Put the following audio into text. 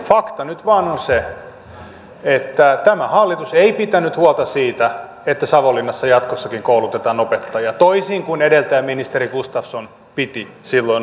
fakta nyt vain on se että tämä hallitus ei pitänyt huolta siitä että savonlinnassa jatkossakin koulutetaan opettajia toisin kuin edeltäjä ministeri gustafsson piti silloin huolta